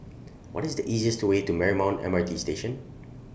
What IS The easiest Way to Marymount M R T Station